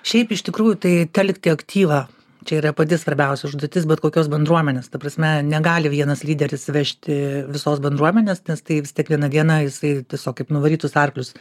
šiaip iš tikrųjų tai telkti aktyvą čia yra pati svarbiausia užduotis bet kokios bendruomenės ta prasme negali vienas lyderis vežti visos bendruomenės nes tai vis tiek vieną dieną jisai tiesiog kaip nuvarytus arklius